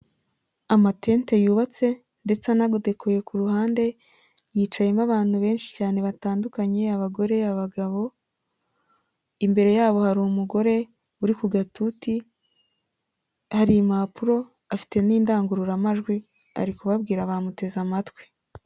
Amatente yubatse ndetse anadekoye ku ruhande, yicayemo abantu benshi cyane batandukanye abagore, abagabo, imbere yabo hari umugore uri ku gatuti, hari impapuro afite n'indangururamajwi ari kubabwira bamuteze amatwi.